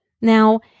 Now